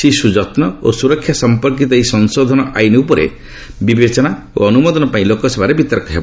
ଶିଶୁ ଯତ୍ନ ଓ ସୁରକ୍ଷା ସମ୍ପର୍କୀତ ଏହି ସଂଶୋଧିତ ଆଇନ୍ ଉପରେ ବିବେଚନା ଓ ଅନୁମୋଦନ ପାଇଁ ଲୋକସଭାରେ ବିତର୍କ ହେବ